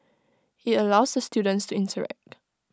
IT allows the students to interact